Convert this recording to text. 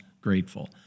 grateful